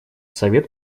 совет